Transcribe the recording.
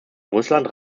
russland